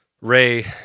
Ray